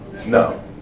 No